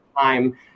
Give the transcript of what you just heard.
time